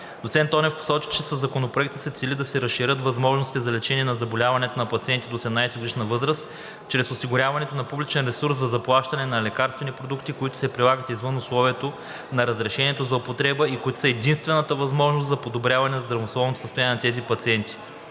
Доцент Тонев посочи, че със Законопроекта се цели да се разширят възможностите за лечението на заболявания на пациентите до 18-годишна възраст чрез осигуряването на публичен ресурс за заплащане на лекарствени продукти, които се прилагат извън условието на разрешението за употреба и които са единствената възможност за подобряване на здравословното състояние на тези пациенти.